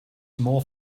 more